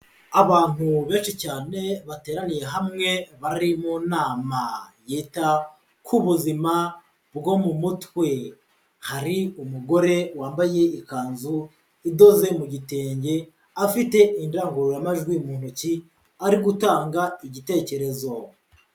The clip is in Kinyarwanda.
Abantu benshi cyane bateraniye hamwe, bari mu nama yita ku buzima bwo mu mutwe, hari umugore wambaye ikanzu idoze mu gitenge, afite indangururamajwi mu ntoki ari gutanga igitekerezo.